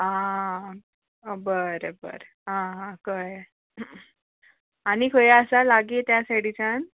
आ बरें बरें आ हा कळ्ळे आनी खंय आसा लागी त्या सायडिच्यान